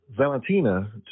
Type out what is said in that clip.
valentina